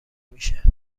میشه